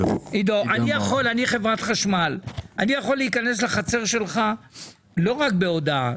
אני כחברת החשמל יכול להיכנס לחצר שלך לא רק בהודעה?